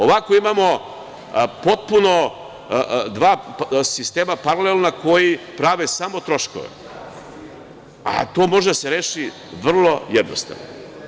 Ovako imamo potpuno dva paralelna sistema koji prave samo troškove, a to može da se reši vrlo jednostavno.